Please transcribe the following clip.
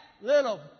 little